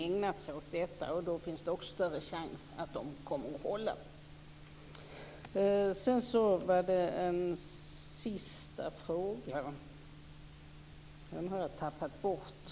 Då finns det större chans att de nya reglerna kommer att hålla. Där var en sista fråga, som jag tyvärr har tappat bort.